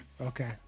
Okay